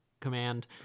command